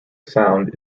sound